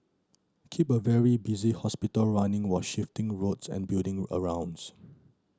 keep a very busy hospital running while shifting roads and building arounds